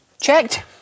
checked